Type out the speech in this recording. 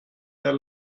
their